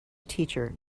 teacher